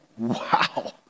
wow